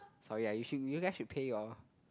sorry ah you guys should pay your